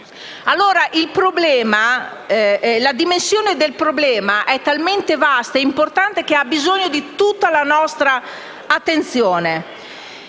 La dimensione del problema è talmente vasta e importante, che ha bisogno di tutta la nostra attenzione.